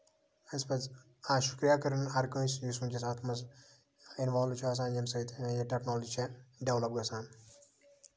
اَسہِ پَزِ آ شکرِیا کَرُن ہَر کٲنسہِ یُس وٕنکیٚس اَتھ منٛز اِنوالو چھُ آسان ییٚمہِ سۭتۍ یہِ ٹیکنولجی چھےٚ ڈٮ۪ولَپ گژھان